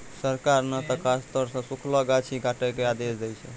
सरकार नॅ त खासतौर सॅ सूखलो गाछ ही काटै के आदेश दै छै